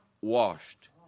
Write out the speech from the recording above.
washed